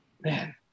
man